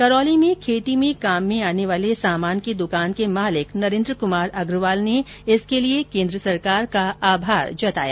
करौली में खेती में काम में आने वाले सामान की दुकान के मालिक नरेन्द्र कुमार अग्रवाल ने इसके लिए केन्द्र सरकार का आभार जताया